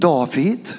David